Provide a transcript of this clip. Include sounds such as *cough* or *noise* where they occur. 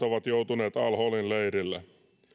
*unintelligible* ovat joutuneet al holin leirille